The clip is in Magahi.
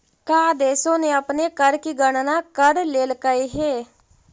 का देशों ने अपने कर की गणना कर लेलकइ हे